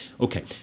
okay